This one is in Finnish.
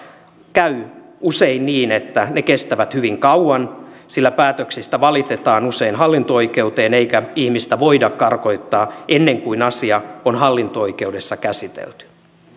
käy usein niin että ne kestävät hyvin kauan sillä päätöksistä valitetaan usein hallinto oikeuteen eikä ihmistä voida karkottaa ennen kuin asia on hallinto oikeudessa käsitelty